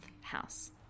house